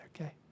okay